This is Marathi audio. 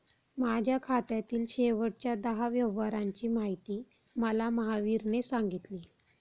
माझ्या खात्यातील शेवटच्या दहा व्यवहारांची माहिती मला महावीरने सांगितली